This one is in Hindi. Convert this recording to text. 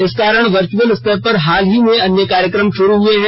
इस कारण वर्चचुअल स्तर पर हाल ही में अन्य कार्यक्रम शुरू हुए हैं